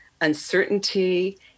uncertainty